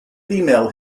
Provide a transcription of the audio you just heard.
female